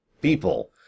people